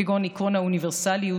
כגון עקרון האוניברסליות,